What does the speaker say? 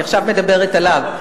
אני עכשיו מדברת עליו.